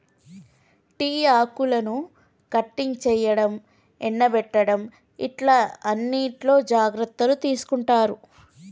tea ఆకులను cutting చేయడం, ఎండపెట్టడం ఇట్లా అన్నిట్లో జాగ్రత్తలు తీసుకుంటారు